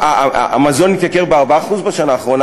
המזון התייקר ב-4% בשנה האחרונה,